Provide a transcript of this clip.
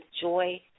joy